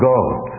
God